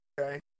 Okay